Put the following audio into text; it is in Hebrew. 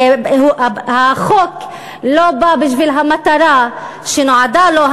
החוק לא בא בשביל המטרה שנועדה לו,